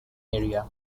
area